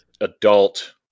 adult